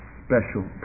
special